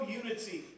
unity